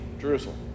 Jerusalem